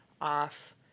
off